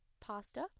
pasta